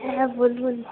হ্যাঁ বলুন